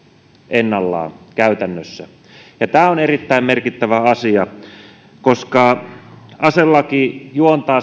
ennallaan käytännössä tämä on erittäin merkittävä asia koska aselaki juontaa